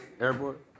Airport